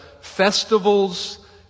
festivals